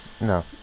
No